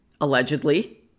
allegedly